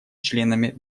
членами